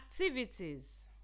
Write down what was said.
activities